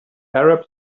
arabs